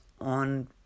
on